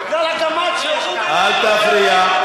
בגלל, אל תפריע.